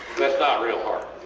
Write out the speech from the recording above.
thats not real hard.